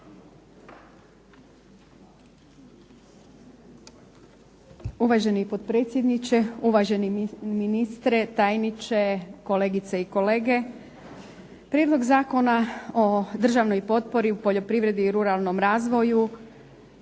Uvaženi potpredsjedniče, uvaženi ministre, tajniče, kolegice i kolege. Prijedlog Zakona o državnoj potpori u poljoprivredi i ruralnom razvoju